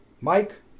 Mike